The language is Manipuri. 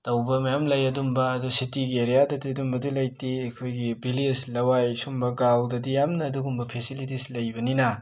ꯇꯧꯕ ꯃꯌꯥꯝ ꯂꯩ ꯑꯗꯨꯒꯨꯝꯕ ꯗꯨ ꯁꯤꯇꯤꯒꯤ ꯑꯦꯔ꯭ꯌꯥꯗꯗꯤ ꯑꯗꯨꯝꯕꯗꯨ ꯂꯩꯇꯦ ꯑꯩꯈꯣꯏꯒꯤ ꯕꯤꯂꯦꯖ ꯂꯋꯥꯏ ꯁꯨꯝꯕ ꯒꯥꯎꯗꯗꯤ ꯌꯥꯝꯅ ꯑꯗꯨꯒꯨꯝꯕ ꯐꯦꯁꯤꯂꯤꯇꯤꯖ ꯂꯩꯕꯅꯤꯅ